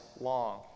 long